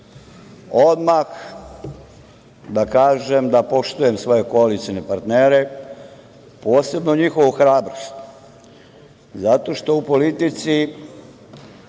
toga. Odmah da kažem da poštujem svoje koalicione partnere, a posebno njihovu hrabrost zato što u politici,